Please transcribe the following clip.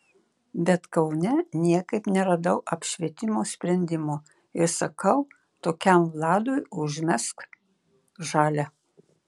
bet kaune niekaip neradau apšvietimo sprendimo ir sakau tokiam vladui užmesk žalią